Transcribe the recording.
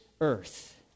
earth